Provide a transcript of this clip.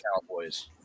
Cowboys